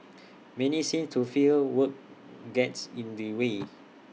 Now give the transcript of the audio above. many seem to feel work gets in the way